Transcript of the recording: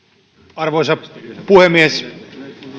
arvoisa puhemies